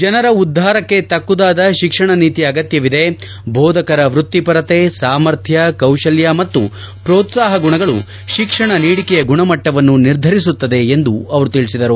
ಜನರ ಉದ್ಗಾರಕ್ಕೆ ತಕ್ಕುದಾದ ಶಿಕ್ಷಣ ನೀತಿಯ ಅಗತ್ಯವಿದೆ ಬೋಧಕರ ವೃತ್ತಿಪರತೆ ಸಾಮರ್ಥ್ನ ಕೌಶಲ್ಲ ಮತ್ತು ಪ್ರೋತ್ಸಾಪ ಗುಣಗಳು ಶಿಕ್ಷಣ ನೀಡಿಕೆಯ ಗುಣಮಟ್ಟವನ್ನು ನಿರ್ಧರಿಸುತ್ತದೆ ಎಂದು ಅವರು ತಿಳಿಸಿದರು